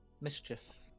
Mischief